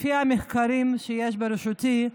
לפי המחקרים שיש ברשותי,